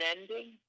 ending